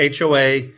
HOA